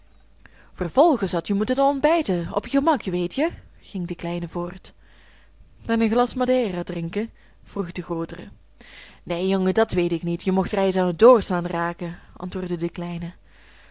vervolgens hadje moeten ontbijten op je gemak weetje ging de kleine voort en een glas madera drinken vroeg de grootere neen jongen dat weet ik niet je mocht reis aan het doorslaan raken antwoordde de kleine